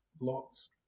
lots